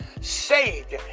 saved